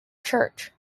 church